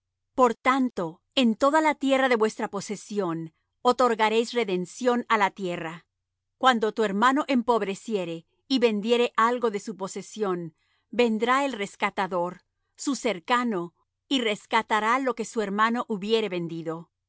por tanto en toda la tierra de vuestra posesión otorgaréis redención á la tierra cuando tu hermano empobreciere y vendiere algo de su posesión vendrá el rescatador su cercano y rescatará lo que su hermano hubiere vendido